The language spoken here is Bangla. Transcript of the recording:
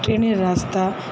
ট্রেনের রাস্তা